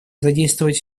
задействовать